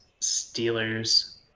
Steelers